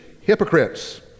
hypocrites